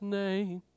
name